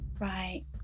Right